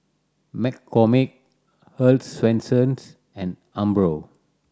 McCormick Earl's Swensens and Umbro